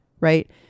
right